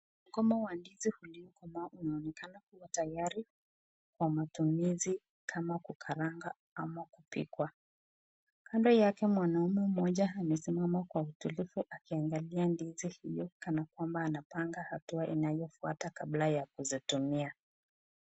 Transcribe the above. Mgomba wa ndizi ulio komaa unaonekana uko tayari kwa matumizi kama kukaranga ama kupikwa. Kando yake mwanaume mmoja amesimama kwa utulivu akiangalia ndizi hiyo kana kwamba anapanga hatua inayofuata kabla ya kuzitumia.